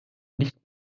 nicht